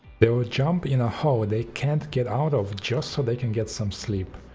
they will jump in a hole they can't get out of just so they can get some sleep.